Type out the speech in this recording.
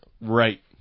Right